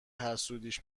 حسودیش